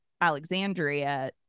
Alexandria